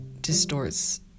distorts